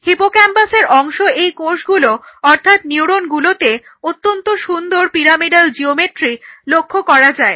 হিপোক্যাম্পাসের অংশ এই কোষগুলো অর্থাৎ নিউরনগুলোতে অত্যন্ত সুন্দর পিরামিডাল জিওমেট্রি লক্ষ্য করা যায়